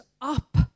up